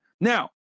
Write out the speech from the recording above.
now